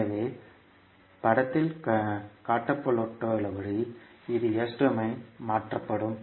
எனவே படத்தில் காட்டப்பட்டுள்ளபடி இது S டொமைனில் மாற்றப்படும்